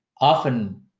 often